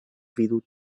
vidu